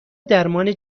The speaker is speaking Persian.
درمان